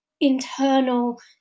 internal